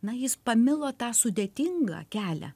na jis pamilo tą sudėtingą kelią